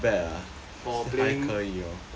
for playing for playing like